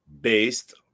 based